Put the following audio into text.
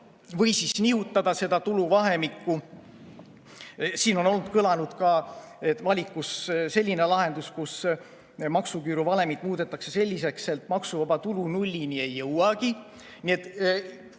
või siis nihutada seda tuluvahemikku. On kõlanud ka, olnud valikus selline lahendus, kus maksuküüru valem muudetakse selliseks, et maksuvaba tulu nullini ei jõuagi.